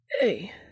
Hey